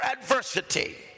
adversity